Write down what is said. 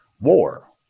War